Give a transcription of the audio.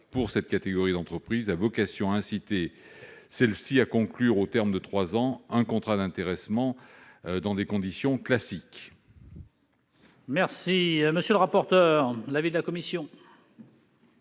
pour cette catégorie d'entreprises a vocation à inciter celles-ci à conclure, au terme de trois ans, un contrat d'intéressement dans des conditions classiques. Quel est l'avis de la commission